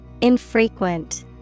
Infrequent